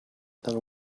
than